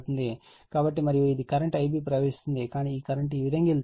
కాబట్టి మరియు ఇది కరెంట్ Ib ప్రవహిస్తుంది కానీ ఈ కరెంట్ ఈ విధంగా వెళుతుంది